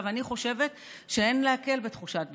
אני חושבת שאין להקל בתחושת ביטחון.